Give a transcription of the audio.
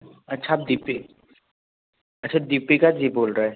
अच्छा आप दीपि अच्छा दीपिका जी बोल रहे हैं